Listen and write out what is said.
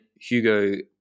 Hugo